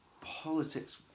politics